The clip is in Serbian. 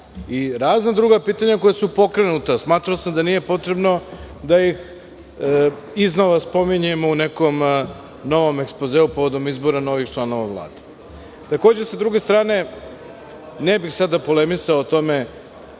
i razna druga pitanja koja su pokrenuta smatrao sam da nije potrebno da ih iznova spominjemo u nekom novom ekspozeu povodom izbora novih članova Vlade. Takođe, sa druge strane ne bih sada polemisao o tome